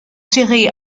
serrés